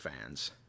fans